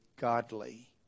godly